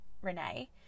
Renee